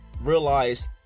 realized